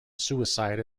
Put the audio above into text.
suicide